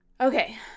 Okay